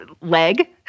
leg